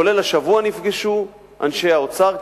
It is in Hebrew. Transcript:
גם השבוע נפגשו אנשי האוצר,